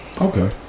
Okay